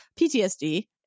PTSD